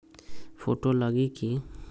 Photo लगी कि?